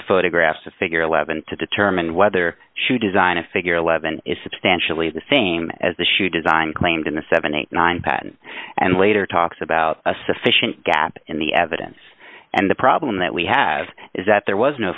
the photograph to figure eleven to determine whether should design a figure eleven is substantially the same as the shoe design claimed in the seventy nine dollars patent and later talks about a sufficient gap in the evidence and the problem that we have is that there was no